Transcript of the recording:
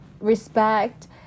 respect